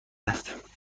است